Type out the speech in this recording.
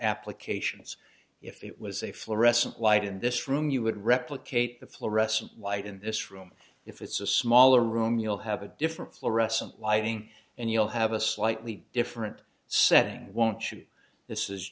applications if it was a fluorescent light in this room you would replicate the fluorescent light in this room if it's a smaller room you'll have a different fluorescent lighting and you'll have a slightly different setting won't you this is